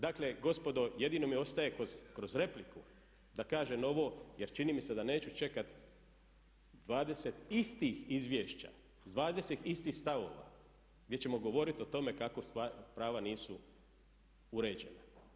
Dakle gospodo jedino mi ostaje kroz repliku da kažem ovo jer čini mi se da neću čekati 20 istih izvješća, 20 istih stavova gdje ćemo govoriti o tome kako prava nisu uređena.